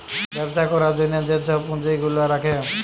ব্যবছা ক্যরার জ্যনহে যে ছব পুঁজি গুলা রাখে